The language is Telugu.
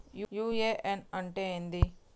యు.ఎ.ఎన్ అంటే ఏంది?